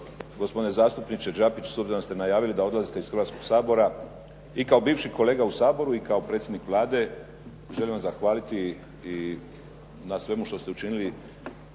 Gospodine zastupniče Đapić, s obzirom da ste najavili da odlazite iz Hrvatskoga sabora i kao bivši kolega u Saboru i kao predsjednik Vlade želim vam zahvaliti i na svemu što ste učinili